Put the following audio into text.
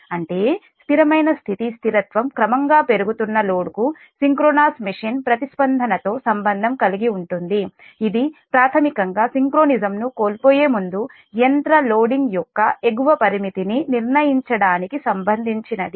అంటే స్థిరమైన స్థితి స్థిరత్వం క్రమంగా పెరుగుతున్న లోడ్కు సింక్రోనస్ మెషీన్ ప్రతిస్పందనతో సంబంధం కలిగి ఉంటుంది ఇది ప్రాథమికంగా సింక్రోనిజంను కోల్పోయే ముందు యంత్ర లోడింగ్ యొక్క ఎగువ పరిమితిని నిర్ణయించడానికి సంబంధించినది